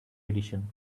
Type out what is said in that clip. edition